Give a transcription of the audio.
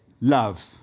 Love